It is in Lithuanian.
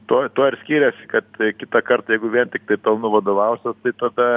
tuo tuo ir skiriasi kad kitą kartą jeigu vien tiktai pelnu vadovausies tai tada